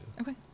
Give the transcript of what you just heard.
Okay